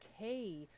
okay